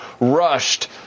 rushed